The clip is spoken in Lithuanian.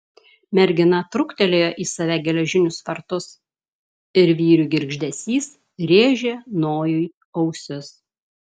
mergina truktelėjo į save geležinius vartus ir vyrių girgždesys rėžė nojui ausis